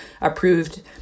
approved